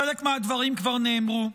חלק מהדברים כבר נאמרו.